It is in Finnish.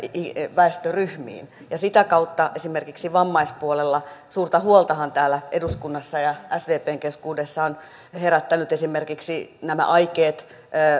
väestöryhmiin sitä kautta esimerkiksi vammaispuolella suurta huolta täällä eduskunnassa ja sdpn keskuudessa ovat herättäneet esimerkiksi nämä aikeet